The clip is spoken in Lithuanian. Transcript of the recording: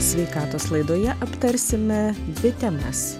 sveikatos laidoje aptarsime dvi temas